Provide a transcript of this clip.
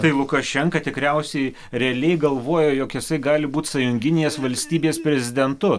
tai lukašenka tikriausiai realiai galvojo jog jisai gali būt sąjunginės valstybės prezidentu